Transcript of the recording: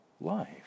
life